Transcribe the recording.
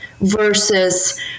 versus